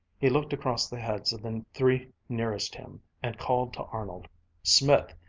he looked across the heads of the three nearest him and called to arnold smith,